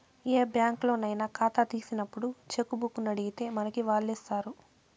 ఏ బ్యాంకులోనయినా కాతా తీసినప్పుడు చెక్కుబుక్కునడిగితే మనకి వాల్లిస్తారు